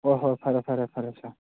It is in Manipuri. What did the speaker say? ꯍꯣꯏ ꯍꯣꯏ ꯐꯔꯦ ꯐꯔꯦ ꯐꯔꯦ ꯁꯥꯔ